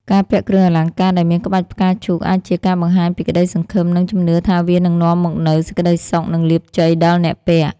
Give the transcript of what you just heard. ការពាក់គ្រឿងអលង្ការដែលមានក្បាច់ផ្កាឈូក អាចជាការបង្ហាញពីក្តីសង្ឃឹម និងជំនឿថាវានឹងនាំមកនូវសេចក្តីសុខ និងលាភជ័យដល់អ្នកពាក់។